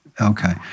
Okay